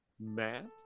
Matt